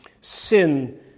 sin